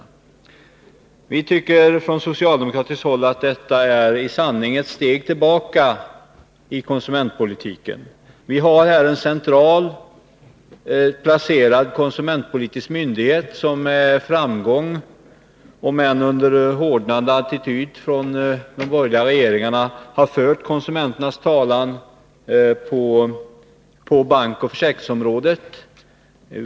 Vi tycker från socialdemokratiskt håll att detta är i sanning ett steg tillbaka i konsumentpolitiken. Vi har en centralt placerad konsumentpolitisk myndighet, som med framgång och under hårdnande attityd från borgerliga regeringar har fört konsumenternas talan på bankoch försäkringsområdet.